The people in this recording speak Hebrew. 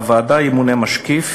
לוועדה ימונה משקיף